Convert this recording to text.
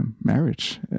marriage